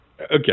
Okay